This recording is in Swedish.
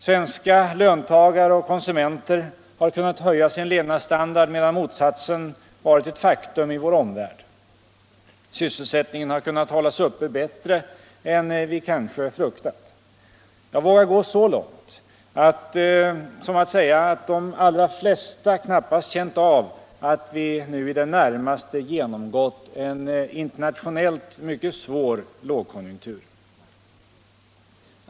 Svenska löntagare och konsumenter har kunnat höja sin levnadsstandard medan motsatsen varit ett faktum i vår omvärld. Sysselsättningen har kunnat hållas uppe bättre än vi kanske fruktat. Jag vågar gå så långt som att säga att de allra flesta knappast känt av att vi i det närmaste genomgått en internationellt mycket svår lågkonjunktur.